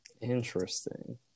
Interesting